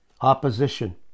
Opposition